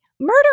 murder